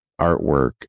artwork